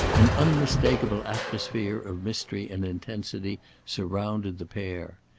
an unmistakeable atmosphere of mystery and intensity surrounded the pair.